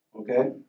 okay